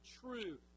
true